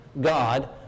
God